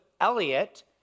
Elliot